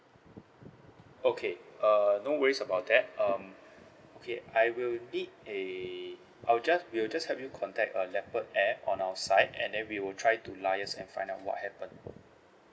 okay uh no worries about that um okay I will need a I'll just we'll just help you contact uh leopard air on our side and then we will try to liaise and find out what happened